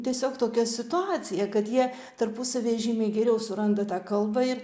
tiesiog tokia situacija kad jie tarpusavy žymiai geriau suranda tą kalbą ir